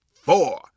four